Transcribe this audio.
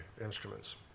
instruments